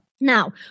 Now